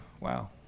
Wow